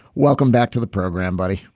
welcome back to the program buddy.